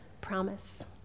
promise